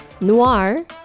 Noir